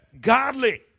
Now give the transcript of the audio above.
godly